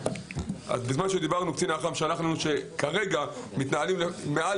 בזמן שדיברנו קצין אח"מ שלח לנו שכרגע מתנהלים מעל